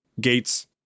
gates